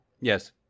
Yes